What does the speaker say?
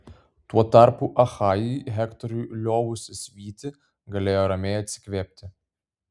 tuo tarpu achajai hektorui liovusis vyti galėjo ramiai atsikvėpti